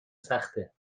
سخته